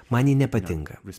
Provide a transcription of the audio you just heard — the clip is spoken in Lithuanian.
man ji nepatinka